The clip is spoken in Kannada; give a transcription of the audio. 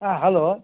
ಹಾಂ ಹಲೋ